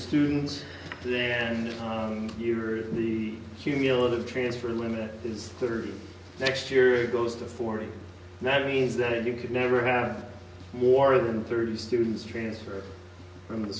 students today and you are the cumulative transfer limit is thirty next year it goes to forty that means that you could never have more than thirty students transfer from the